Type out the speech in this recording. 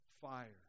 Fire